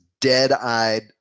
dead-eyed